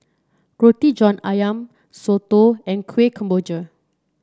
Roti John ayam soto and Kueh Kemboja